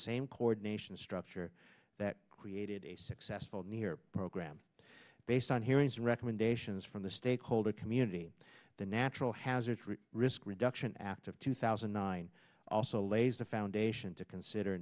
same coordination structure that created a successful near program based on hearings and recommendations from the stakeholder community the natural hazards risk reduction act of two thousand and nine also lays the foundation to consider